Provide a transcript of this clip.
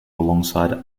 alongside